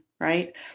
right